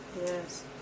Yes